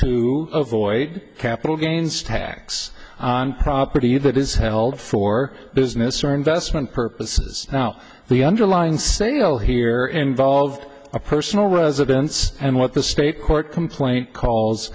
to avoid capital gains tax on property that is held for business or investment purposes now the underlying sale here involved a personal residence and what the state court complaint ca